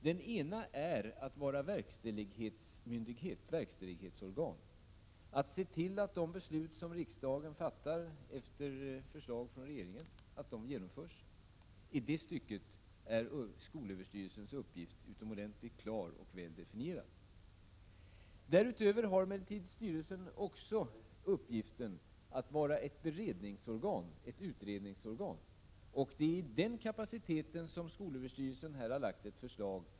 Den ena är att vara det verkställighetsorgan som ser till att de beslut som riksdagen fattar på förslag av regeringen genomförs. I det stycket är skolöverstyrelsens uppgift utomordentligt klar och väldefinierad. Den andra uppgift som skolöverstyrelsen har är att vara ett beredningsorgan och utredningsorgan. Det är i den funktionen som skolöverstyrelsen här har framlagt ett förslag.